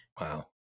Wow